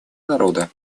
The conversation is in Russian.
народа